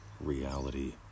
reality